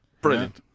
Brilliant